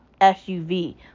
SUV